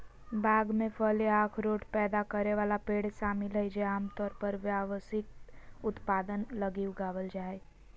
बाग में फल या अखरोट पैदा करे वाला पेड़ शामिल हइ जे आमतौर पर व्यावसायिक उत्पादन लगी उगावल जा हइ